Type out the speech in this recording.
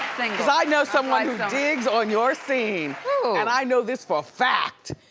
cause i know someone who digs on your scene. who? and i know this for a fact.